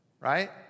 right